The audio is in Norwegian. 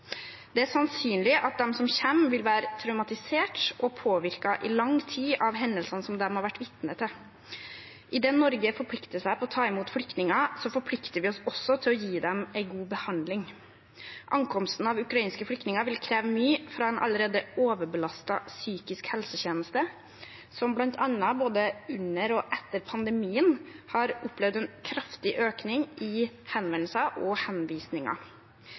Det er sannsynlig at de som kommer, vil være traumatisert og påvirket i lang tid av hendelsene som de har vært vitne til. Idet Norge forplikter seg på å ta imot flyktninger, forplikter vi oss også til å gi dem en god behandling. Ankomsten av ukrainske flykninger vil kreve mye av en allerede overbelastet psykisk helsetjeneste, som bl.a., både under og etter pandemien, har opplevd en kraftig økning i henvendelser og henvisninger.